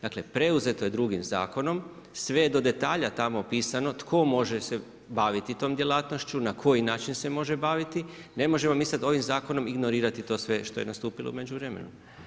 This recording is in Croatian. Dakle preuzeto je drugim zakonom sve do detalja tamo pisano tko može se baviti tom djelatnošću, na koji način se može baviti, ne možemo mi sada ovim zakonom ignorirati to sve što je nastupilo u međuvremenu.